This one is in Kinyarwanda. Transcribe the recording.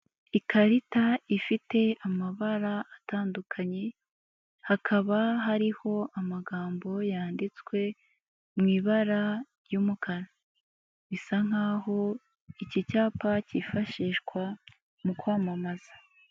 Ikarita ifite amabara atandukanye, hakaba hariho amagambo yanditswe mu ibara ry'umukara, bisa nk'aho iki cyapa cyifashishwa mu kwamamaza.